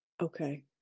Okay